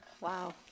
Wow